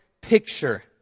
picture